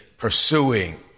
pursuing